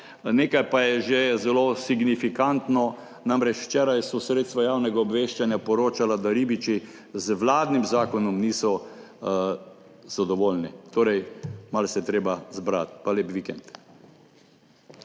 Nekaj pa je že zelo signifikantno, namreč včeraj so sredstva javnega obveščanja poročala, da ribiči z vladnim zakonom niso zadovoljni. Torej, malo se je treba zbrati. Pa lep vikend!